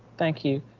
thank you,